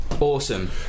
awesome